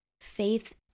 Faith